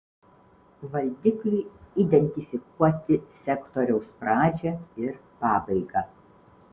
valdikliui identifikuoti sektoriaus pradžią ir pabaigą